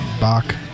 Bach